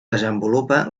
desenvolupa